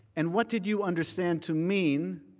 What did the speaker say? and what did you understand to mean